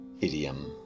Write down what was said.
idiom